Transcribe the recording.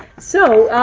so,